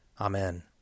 Amen